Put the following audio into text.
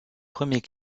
premiers